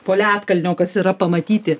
po ledkalnio kas yra pamatyti